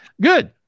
good